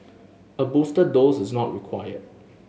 a booster dose is not required